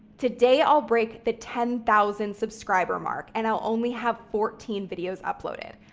today i'll break the ten thousand subscriber mark and i'll only have fourteen videos uploaded.